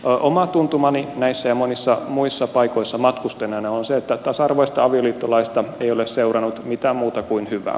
oma tuntumani näissä ja monissa muissa paikoissa matkustaneena on se että tasa arvoisesta avioliittolaista ei ole seurannut mitään muuta kuin hyvää